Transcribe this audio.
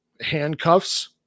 handcuffs